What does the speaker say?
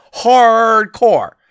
hardcore